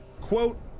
Quote